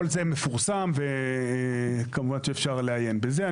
כל זה מפורסם וכמובן שאפשר לעיין בזה.